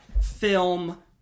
film